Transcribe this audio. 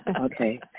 okay